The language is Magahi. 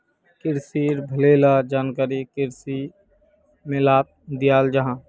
क्रिशिर भले ला जानकारी कृषि मेलात दियाल जाहा